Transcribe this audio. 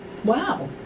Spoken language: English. Wow